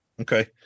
Okay